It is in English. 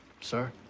Sir